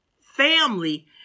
family